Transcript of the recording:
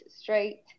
straight